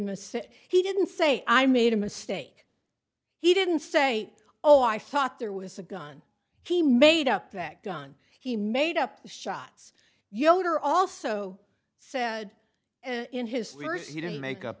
mistake he didn't say i made a mistake he didn't say oh i thought there was a gun he made up that gun he made up shots yoder also said in his first he didn't make up